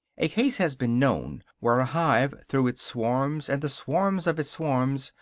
a case has been known where a hive, through its swarms and the swarms of its swarms,